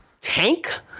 tank